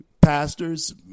pastors